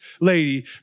lady